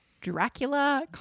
Dracula